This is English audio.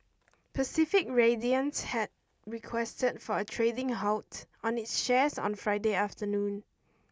Pacific Radiance had requested for a trading halt on its shares on Friday afternoon